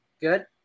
good